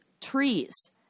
trees